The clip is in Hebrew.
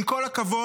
עם כל הכבוד,